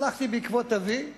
הלכתי בעקבות אבי,